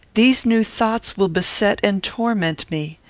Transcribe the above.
these new thoughts will beset and torment me.